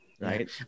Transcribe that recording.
right